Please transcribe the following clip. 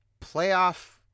playoff